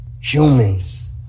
humans